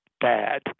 bad